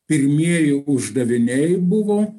pirmieji uždaviniai buvo